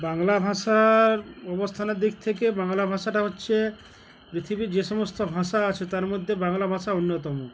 বাংলা ভাষার অবস্থানের দিক থেকে বাংলা ভাষাটা হচ্ছে পৃথিবীর যে সমস্ত ভাষা আছে তার মধ্যে বাংলা ভাষা অন্যতম